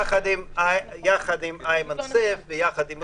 --- יחד עם איימן סייף ויחד עם רוני נומה.